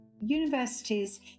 universities